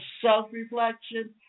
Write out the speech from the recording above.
self-reflection